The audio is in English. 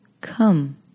come